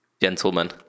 gentlemen